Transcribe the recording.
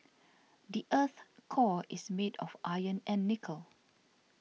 the earth's core is made of iron and nickel